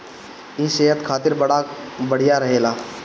इ सेहत खातिर बड़ा बढ़िया रहेला